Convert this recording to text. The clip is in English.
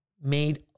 made